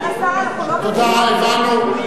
סגן השר, אנחנו לא מבינות.